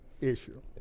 issue